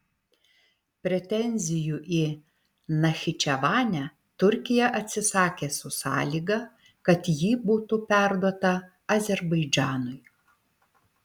pretenzijų į nachičevanę turkija atsisakė su sąlyga kad ji būtų perduota azerbaidžanui